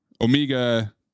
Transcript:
Omega